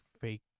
fake